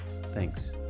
Thanks